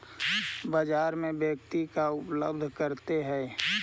बाजार में व्यक्ति का उपलब्ध करते हैं?